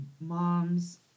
mom's